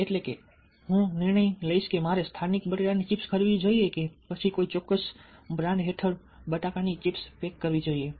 તેથી હું નિર્ણય લઈશ કે મારે સ્થાનિક બટાકાની ચિપ્સ ખરીદવી જોઈએ કે પછી કોઈ ચોક્કસ બ્રાન્ડ હેઠળ બટાકાની ચિપ્સ પેક કરવી જોઈએ